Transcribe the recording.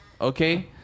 okay